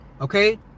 okay